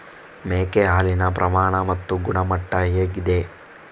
ಮೇಕೆ ಹಾಲಿನ ಪ್ರಮಾಣ ಮತ್ತು ಗುಣಮಟ್ಟ ಹೇಗಿದೆ?